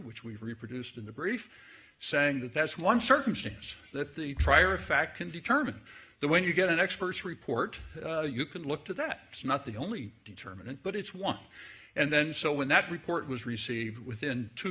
which we've reproduced in the brief saying that that's one circumstance that the trier of fact can determine the when you get an expert's report you can look to that it's not the only determinant but it's one and then so when that report was received within two